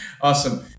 Awesome